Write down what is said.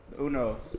Uno